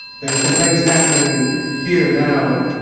there's some things happening here, now,